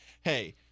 hey